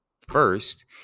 First